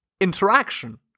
interaction